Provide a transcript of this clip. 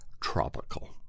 tropical